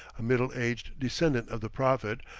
a middle-aged descendant of the prophet,